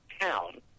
town